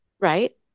Right